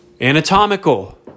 anatomical